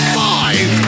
five